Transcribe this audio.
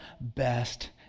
best